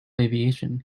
aviation